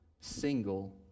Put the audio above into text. single